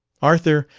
arthur,